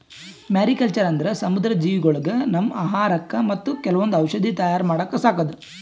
mariculture ಅಂದ್ರ ಸಮುದ್ರ ಜೀವಿಗೊಳಿಗ್ ನಮ್ಮ್ ಆಹಾರಕ್ಕಾ ಮತ್ತ್ ಕೆಲವೊಂದ್ ಔಷಧಿ ತಯಾರ್ ಮಾಡಕ್ಕ ಸಾಕದು